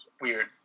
weird